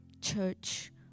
church